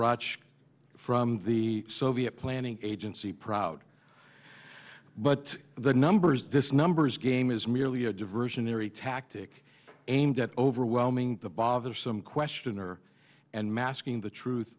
operad from the soviet planning agency proud but the numbers this numbers game is merely a diversionary tactic aimed at overwhelming the bothersome questioner and masking the truth